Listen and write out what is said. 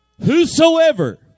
Whosoever